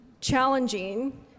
challenging